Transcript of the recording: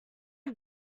are